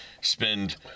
spend